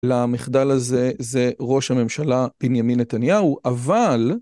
למחדל הזה זה ראש הממשלה בנימין נתניהו, אבל...